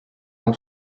son